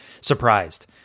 surprised